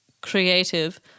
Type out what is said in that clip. creative